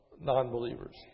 non-believers